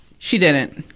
she didn't.